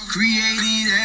Created